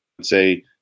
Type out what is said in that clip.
say